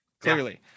Clearly